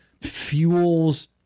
fuels